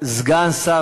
ועדת הכנסת, הציבור.